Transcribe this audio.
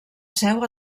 seu